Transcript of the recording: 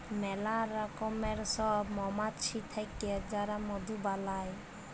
ম্যালা রকমের সব মমাছি থাক্যে যারা মধু বালাই